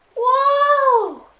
whoa!